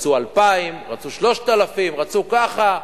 רצו 2,000, רצו 3,000, רצו כך.